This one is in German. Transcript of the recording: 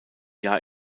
jahr